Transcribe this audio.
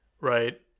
right